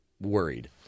worried